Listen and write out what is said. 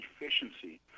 efficiency